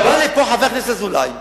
עכשיו בא לפה חבר הכנסת אזולאי,